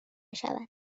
شود